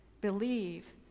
believe